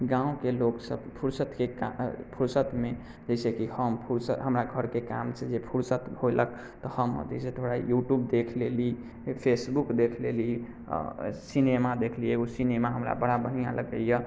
गाँवके लोकसब फुर्सतके फुर्सतमे जैसेकि हम फुर्सत हमरा घरके कामसे जे फुर्सत होलक तऽ हम जैसे थोड़ा यूट्यूब देखि लेली फेसबुक देखि लेली सिनेमा देखली एगो सिनेमा हमरा बड़ा बढ़िआँ लगैया